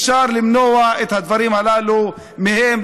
אפשר למנוע את הדברים הללו מהם.